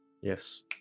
Yes